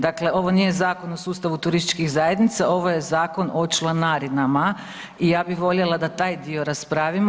Dakle, ovo nije Zakon o sustavu turističkih zajednica, ovo je Zakon o članarinama i ja bih voljela da taj dio raspravimo.